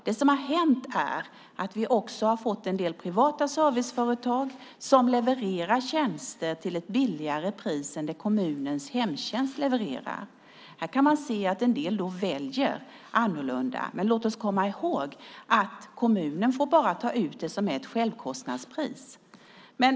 Det som hänt är att vi fått en del privata serviceföretag som levererar tjänster till ett lägre pris än kommunens hemtjänst. Här kan vi se att en del då väljer annorlunda, men låt oss komma ihåg att kommunen bara får ta ut ett självkostnadspris.